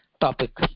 topic